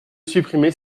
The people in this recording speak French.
supprimer